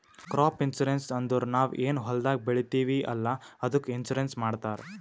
crop insurance ಅಂದುರ್ ನಾವ್ ಏನ್ ಹೊಲ್ದಾಗ್ ಬೆಳಿತೀವಿ ಅಲ್ಲಾ ಅದ್ದುಕ್ ಇನ್ಸೂರೆನ್ಸ್ ಮಾಡ್ತಾರ್